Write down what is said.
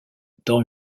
dans